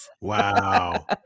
Wow